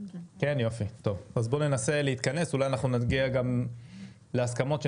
אז בואו ננסה להתכנס ואולי נגיע להסכמות כדי